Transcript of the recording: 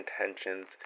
intentions